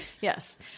yes